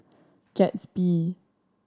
Gatsby